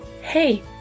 Hey